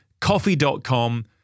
coffee.com